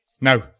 No